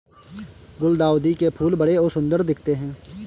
गुलदाउदी के फूल बड़े और सुंदर दिखते है